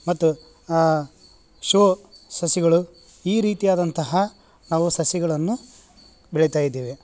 ಮತ್ತು ಶೋ ಸಸಿಗಳು ಈ ರೀತಿಯಾದಂತಹ ನಾವು ಸಸಿಗಳನ್ನು ಬೆಳಿತಾ ಇದ್ದೇವೆ